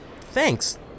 thanks